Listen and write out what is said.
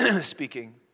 speaking